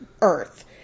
Earth